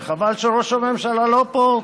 וחבל שראש הממשלה לא פה,